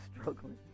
struggling